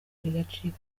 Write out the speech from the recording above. bigacika